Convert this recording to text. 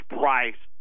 price